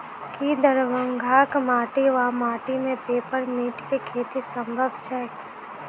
की दरभंगाक माटि वा माटि मे पेपर मिंट केँ खेती सम्भव छैक?